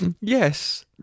Yes